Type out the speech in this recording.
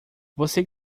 você